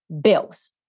bills